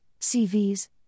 CVs